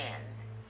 hands